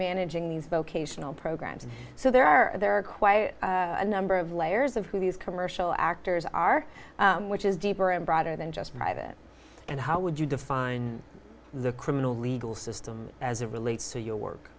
managing these vocational programs and so there are there are quite a number of layers of who these commercial actors are which is deeper and broader than just private and how would you define the criminal legal system as it relates to your work